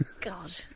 God